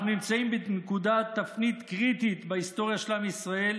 אנחנו נמצאים בנקודת תפנית קריטית בהיסטוריה של עם ישראל,